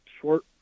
short